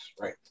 Right